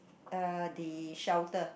uh the shelter